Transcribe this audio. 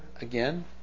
again